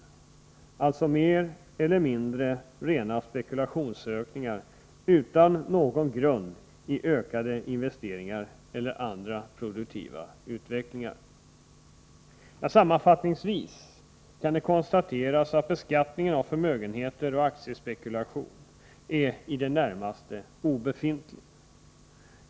Det är alltså, mer eller mindre, rena spekulationsökningar utan någon grund i ökade investeringar eller andra produktiva utvecklingar. Sammanfattningsvis kan det konstateras att beskattningen av förmögenheter och aktiespekulationer är i det närmaste obefintlig.